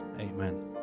Amen